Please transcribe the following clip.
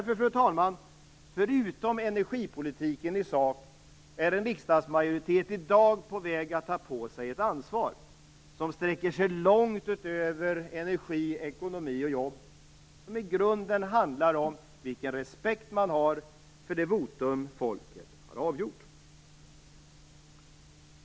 Fru talman! Förutom energipolitiken i sak är en riksdagsmajoritet i dag på väg att ta på sig ett ansvar som sträcker sig långt utöver energin, ekonomin och jobben. Det handlar i grunden om vilken respekt som man har för det votum som folket har avgett.